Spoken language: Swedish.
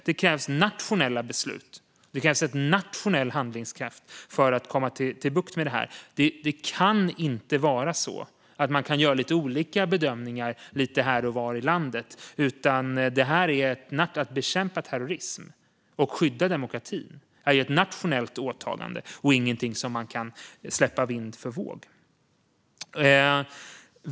Det krävs nationella beslut, en nationell handlingskraft, för att få bukt med det här. Man kan inte göra olika bedömningar lite här och var i landet. Att bekämpa terrorism och skydda demokratin är ett nationellt åtagande och inget som man kan släppa vind för våg.